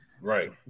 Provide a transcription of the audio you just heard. Right